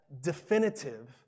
definitive